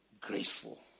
Graceful